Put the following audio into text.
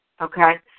okay